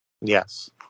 Yes